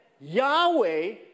Yahweh